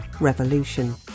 revolution